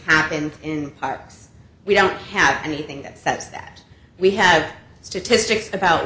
happened in parks we don't have anything that sets that we have statistics about